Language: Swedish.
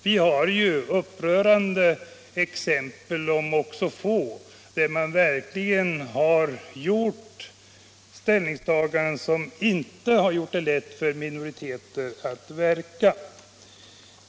Det har ju förekommit upprörande exempel — om också få — där man kommit fram till ställningstaganden som verkligen inte gjort det lätt för minoriteter att verka.